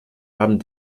haben